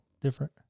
different